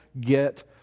get